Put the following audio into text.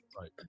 Right